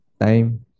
time